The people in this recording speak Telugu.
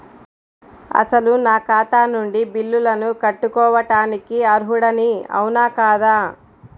అసలు నా ఖాతా నుండి బిల్లులను కట్టుకోవటానికి అర్హుడని అవునా కాదా?